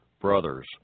brothers